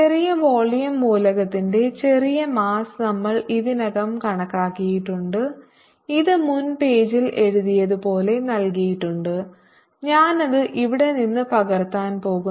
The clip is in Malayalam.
ചെറിയ വോളിയം മൂലകത്തിന്റെ ചെറിയ മാസ്സ് നമ്മൾ ഇതിനകം കണക്കാക്കിയിട്ടുണ്ട് ഇത് മുൻ പേജിൽ എഴുതിയതുപോലെ നൽകിയിട്ടുണ്ട് ഞാൻ അത് ഇവിടെ നിന്ന് പകർത്താൻ പോകുന്നു